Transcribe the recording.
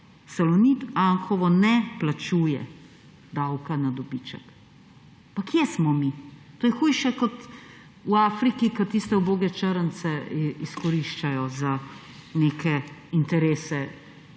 Salonit Anhovo ne plačuje davka na dobiček. Pa kje smo mi? To je hujše kot v Afriki, ki tiste uboge črnce izkoriščajo za neke interese